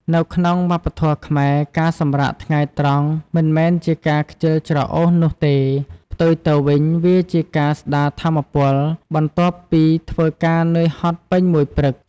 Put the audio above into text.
នៅក្នុងវប្បធម៌ខ្មែរ ការសម្រាកថ្ងៃត្រង់មិនមែនជាការខ្ជិលច្រអូសនោះទេ ផ្ទុយទៅវិញវាជាការស្ដារថាមពល បន្ទាប់ពីធ្វើការនឿយហត់ពេញមួយព្រឹក។